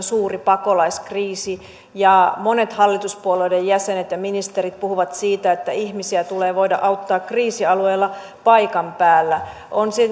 suuri pakolaiskriisi ja monet hallituspuolueiden jäsenet ja ministerit puhuvat siitä että ihmisiä tulee voida auttaa kriisialueella paikan päällä